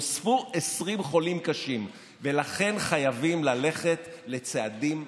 נוספו 20 חולים קשים ולכן חייבים ללכת לצעדים משמעותיים.